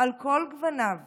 על כל גווניו